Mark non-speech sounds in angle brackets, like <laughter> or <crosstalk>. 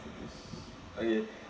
<laughs> okay